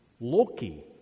Loki